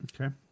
Okay